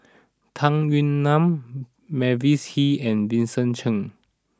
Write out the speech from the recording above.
Tung Yue Nang Mavis Hee and Vincent Cheng